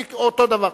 אני אותו דבר.